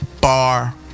Bar